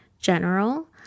general